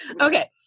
okay